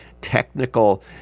technical